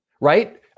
right